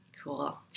Cool